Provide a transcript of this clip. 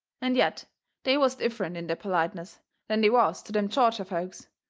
and yet they was different in their politeness than they was to them georgia folks,